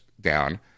down –